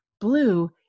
blue